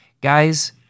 guys